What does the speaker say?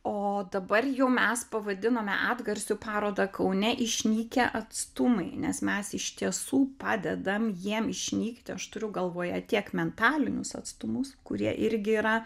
o dabar jau mes pavadinome atgarsiu parodą kaune išnykę atstumai nes mes iš tiesų padedam jiem išnykti aš turiu galvoje tiek mentalinius atstumus kurie irgi yra